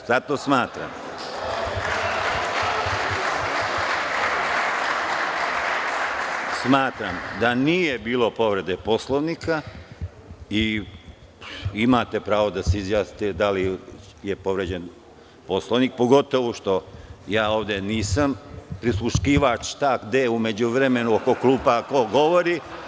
Smatram da nije bilo povrede poslovnika i imate pravo da se izjasnite da li je povređen Poslovnik, pogotovu što ja ovde nisam prisluškivač šta, gde u međuvremenu oko klupa ko govori.